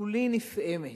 כולי נפעמת.